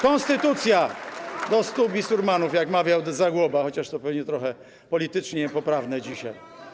Konstytucja, do stu bisurmanów, jak mawiał Zagłoba, chociaż to pewnie trochę politycznie niepoprawne dzisiaj.